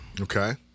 Okay